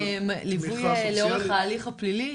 ליווי לאורך ההליך הפלילי,